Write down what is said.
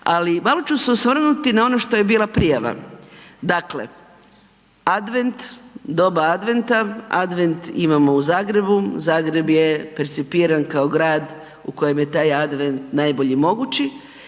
Ali malo ću se osvrnuti na ono što je bila prijava, dakle Advent, doba Adventa, Advent imamo u Zagrebu, Zagreb je percipiran kao grad u kojem je taj Advent najbolji mogući